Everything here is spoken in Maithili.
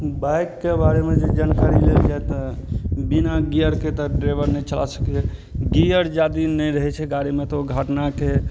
बाइकके बारेमे जे जानकारी लेलियै तऽ बिना गियरके तऽ ड्राइवर नहि चला सकैया गियर जादा नहि रहै छै गाड़ीमे तऽ ओ घटनाके